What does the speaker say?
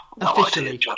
Officially